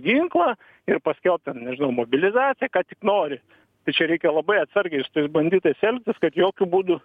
ginklą ir paskelbt ten nežinau mobilizaciją ką tik nori tai čia reikia labai atsargiai su tais banditais kad jokiu būdu